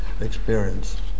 experience